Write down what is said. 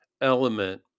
element